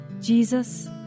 Jesus